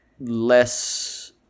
less